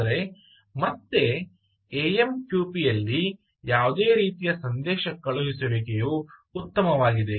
ಆದರೆ ಮತ್ತೆ AMQP ನಲ್ಲಿ ಯಾವುದೇ ರೀತಿಯ ಸಂದೇಶ ಕಳುಹಿಸುವಿಕೆಯು ಉತ್ತಮವಾಗಿದೆ